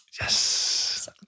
Yes